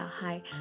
Hi